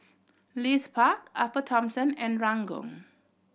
Leith Park Upper Thomson and Ranggung